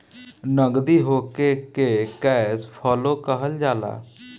नगदी होखे के कैश फ्लो कहल जाला